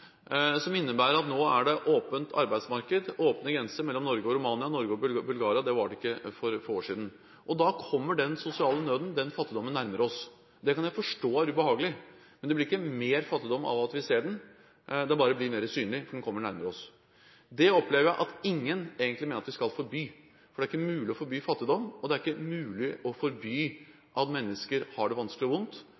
som innebærer at nå er det åpent arbeidsmarked, åpne grenser mellom Norge og Romania, og Norge og Bulgaria. Det var det ikke for få år siden. Da kommer den sosiale nøden og den fattigdommen nærmere oss. Det kan jeg forstå er ubehagelig. Men det blir ikke mer fattigdom av at vi ser den, den blir bare mer synlig, for den kommer nærmere oss. Det opplever jeg slik at ingen egentlig mener at vi skal forby, for det er ikke mulig å forby fattigdom, og det er ikke mulig å forby